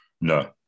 No